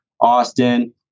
Austin